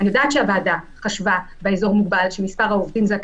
אני יודעת שהוועדה חשבה באזור מוגבל שמספר העובדים זה הקריטריון,